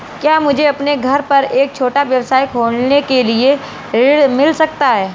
क्या मुझे अपने घर पर एक छोटा व्यवसाय खोलने के लिए ऋण मिल सकता है?